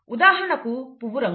ఉదాహరణకు పువ్వు రంగు